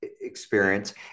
experience